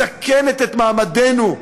מסכנת את מעמדנו,